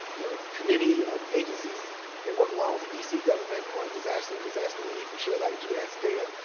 you know, committee of agencies that work along with the dc government on disaster and disaster relief. we share a lot of yeah gis data.